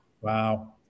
Wow